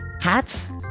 hats